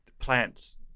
Plants